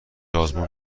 آزمون